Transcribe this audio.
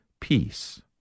peace